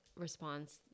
response